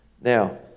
Now